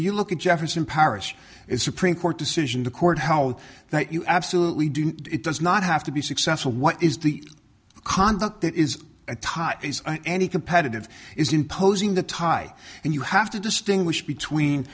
you look at jefferson parish is supreme court decision the court how that you absolutely do it does not have to be successful what is the conduct that is a tie is any competitive is imposing the tie and you have to distinguish between